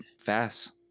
fast